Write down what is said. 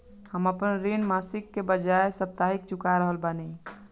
हम आपन ऋण मासिक के बजाय साप्ताहिक चुका रहल बानी